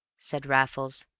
said raffles.